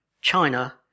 China